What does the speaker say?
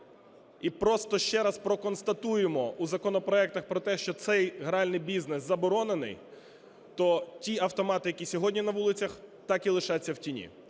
і просто ще раз проконстатуємо у законопроектах про те, що цей гральний бізнес заборонений, то ті автомати, які сьогодні на вулицях, так і лишаться в тіні.